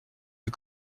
lui